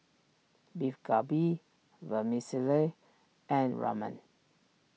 Beef Galbi Vermicelli and Ramen